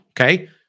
Okay